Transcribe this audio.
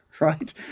right